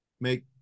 make